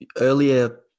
earlier